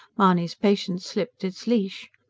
mahony's patience slipped its leash.